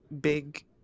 Big